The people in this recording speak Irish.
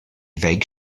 bheidh